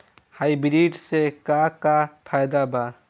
Hybrid से का का फायदा बा?